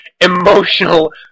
emotional